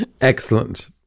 Excellent